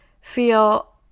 feel